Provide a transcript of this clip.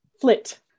Flit